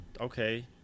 okay